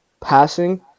passing